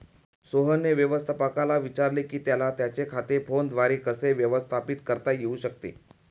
सोहनने व्यवस्थापकाला विचारले की त्याला त्याचे खाते फोनद्वारे कसे व्यवस्थापित करता येऊ शकते